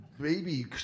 baby